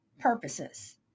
purposes